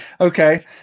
Okay